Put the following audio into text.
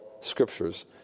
scriptures